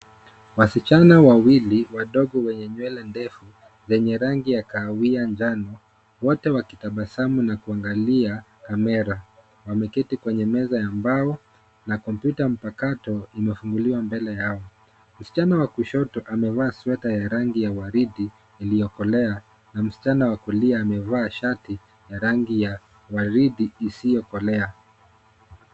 Wasichana wawili wadogo wenye nywele ndefu yenye rangi ya kahawia njano wote wakitabasamu na kuangalia kamera. Wameketi kwenye meza ya mbao na kompyuta mpakato imewekwa mbele yao. Msichana wa kushoto amevaa sweta ya rangi ya waridi iliyokolea na msichana wa kulia amevaa shati ya waridi isiyo kolea.